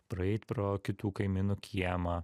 praeit pro kitų kaimynų kiemą